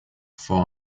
for